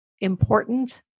important